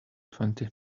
twenty